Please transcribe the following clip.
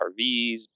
RVs